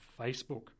Facebook